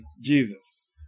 Jesus